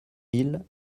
mille